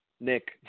Nick